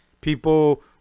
people